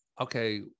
okay